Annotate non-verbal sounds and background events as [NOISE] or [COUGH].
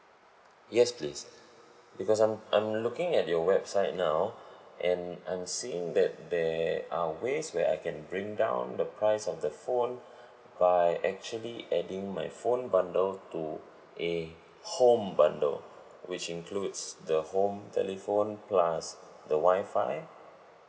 yes please [BREATH] because I'm I'm looking at your website now [BREATH] and I'm seeing that there are ways where I can bring down the price of the phone [BREATH] by actually adding my phone bundle to a home bundle which includes the home telephone plus the wi-fi